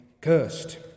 cursed